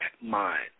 mind